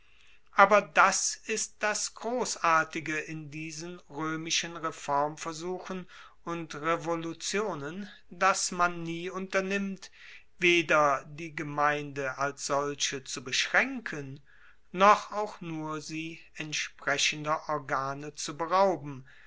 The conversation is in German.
aber das ist das grossartige in diesen roemischen reformversuchen und revolutionen dass man nie unternimmt weder die gemeinde als solche zu beschraenken noch auch nur sie entsprechender organe zu berauben